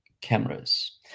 cameras